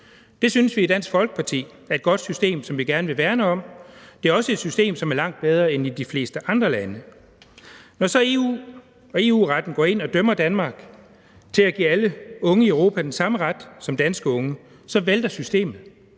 Det synes vi i Dansk Folkeparti er et godt system, som vi gerne vil værne om; det er også et system, som er langt bedre end i de fleste andre lande. Når så EU og EU-retten går ind og dømmer Danmark til at give alle unge i Europa den samme ret som danske unge, vælter systemet.